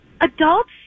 adults